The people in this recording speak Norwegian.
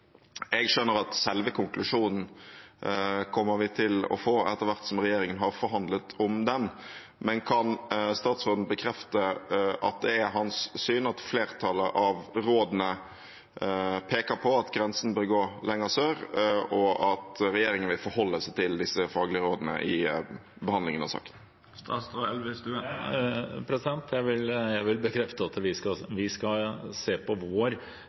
Jeg skjønner at selve konklusjonen kommer vi til å få etter hvert som regjeringen har forhandlet om den. Men kan statsråden bekrefte at det er hans syn at flertallet av rådene peker på at grensen bør gå lenger sør, og at regjeringen vil forholde seg til disse faglige rådene i behandlingen av saken? Jeg vil bekrefte at vi skal se på